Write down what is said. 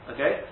Okay